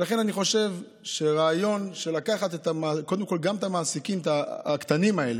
ולכן אני חושב שהרעיון לקחת קודם כול גם את העסקים הקטנים האלה,